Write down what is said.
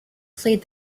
played